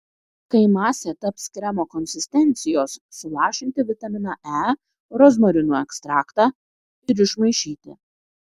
kai masė taps kremo konsistencijos sulašinti vitaminą e rozmarinų ekstraktą ir išmaišyti